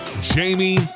Jamie